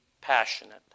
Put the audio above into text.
passionate